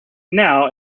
now